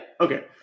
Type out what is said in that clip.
okay